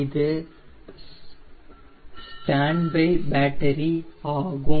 இது standby battery ஆகும்